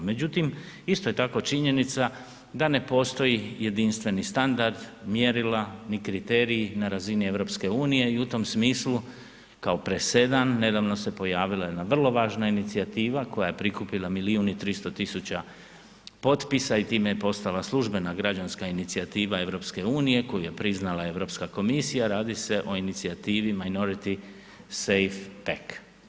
Međutim, isto je tako činjenica da ne postoji jedinstveni standard, mjerila ni kriteriji na razini EU i u tom smislu kao presedan nedavno se pojavila jedna vrlo važna inicijativa koja je prikupila 1,3 miliona potpisa i time je postala službena građanska inicijativa EU koju je priznala Europska komisija, radi se o inicijativi Minority Safe Pack.